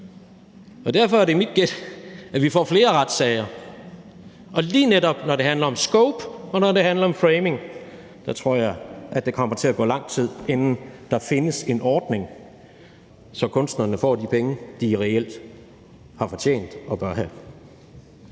Derfor er det mit gæt, at vi får flere retssager. Og lige netop når det handler om scope, og når det handler om framing, tror jeg at der kommer til at gå lang tid, inden der findes en ordning, så kunstnerne får de penge, de reelt har fortjent og bør have.